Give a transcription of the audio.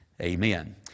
amen